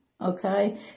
Okay